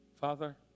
Father